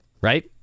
right